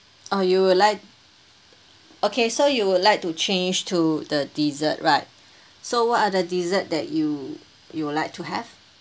oh you would like okay so you would like to change to the dessert right so what are the dessert that you you would like to have